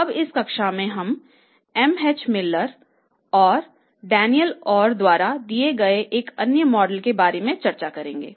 अब इस कक्षा में हम MH Miller और Daniel Orr द्वारा दिए गए एक अन्य मॉडल के बारे में चर्चा करेंगे